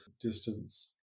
distance